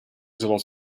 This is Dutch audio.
zoals